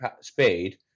speed